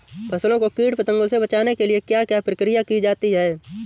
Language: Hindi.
फसलों को कीट पतंगों से बचाने के लिए क्या क्या प्रकिर्या की जाती है?